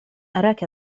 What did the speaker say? أراك